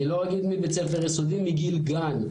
אני לא אגיד מבית ספר יסודי, מגיל גן.